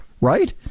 right